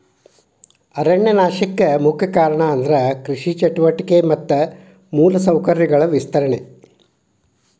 ಅರಣ್ಯ ನಾಶಕ್ಕೆ ಮುಖ್ಯ ಕಾರಣ ಅಂದ್ರ ಕೃಷಿ ಚಟುವಟಿಕೆ ಮತ್ತ ಮೂಲ ಸೌಕರ್ಯಗಳ ವಿಸ್ತರಣೆ